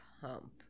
pump